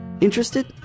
Interested